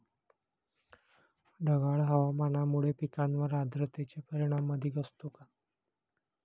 ढगाळ हवामानामुळे पिकांवर आर्द्रतेचे परिणाम अधिक असतो का?